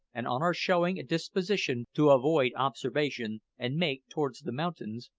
and on our showing a disposition to avoid observation and make towards the mountains,